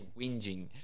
whinging